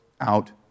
out